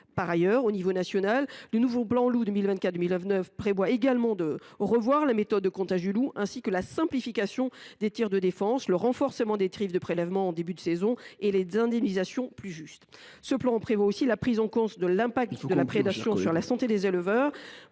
Par ailleurs, au niveau national, le nouveau plan Loup 2024 2029 prévoit une révision de la méthode de comptage des loups, ainsi qu’une simplification du protocole des tirs de défense, le renforcement des tirs de prélèvement en début de saison et des indemnisations plus justes. Ce plan prévoit aussi la prise en compte de l’impact de la prédation sur la santé des éleveurs.